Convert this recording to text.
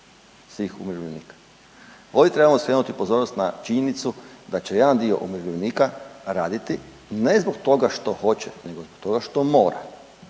svih umirovljenika. Ovim trebamo skrenuti pozornost na činjenicu da će jedan dio umirovljenika raditi ne zbog toga što hoće nego što mora